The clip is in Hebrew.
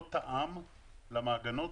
לא תאם למעגנות,